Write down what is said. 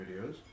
videos